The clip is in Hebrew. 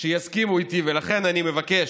שיסכימו איתי, ולכן אני מבקש: